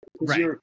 Right